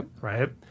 right